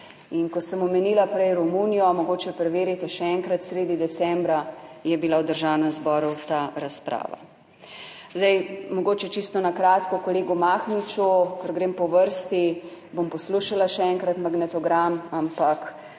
ko sem omenila prej Romunijo, mogoče preverite še enkrat, sredi decembra je bila v Državnem zboru ta razprav. Zdaj mogoče čisto na kratko kolegu Mahniču, ker grem po vrsti, bom poslušala še enkrat magnetogram, ampak